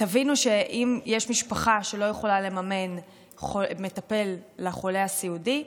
תבינו שאם יש משפחה שלא יכולה לממן מטפל לחולה הסיעודי,